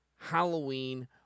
Halloween